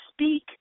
speak